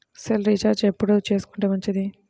Cell recharge ఎప్పుడు చేసుకొంటే మంచిది?